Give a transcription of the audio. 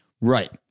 Right